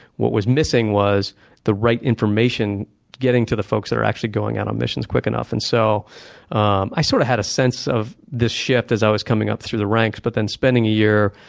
what was missing was the right information getting to the folks that are actually going out on missions quick enough. and so um i sort of had a sense of this shift as i was coming up through the ranks. but then spending a year